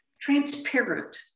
transparent